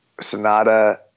Sonata